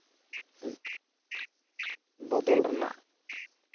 ᱵᱚᱫᱚᱞ ᱨᱮᱱᱟᱜ